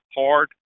hard